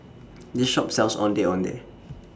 This Shop sells Ondeh Ondeh